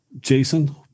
Jason